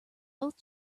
both